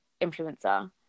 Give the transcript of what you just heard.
influencer